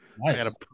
Nice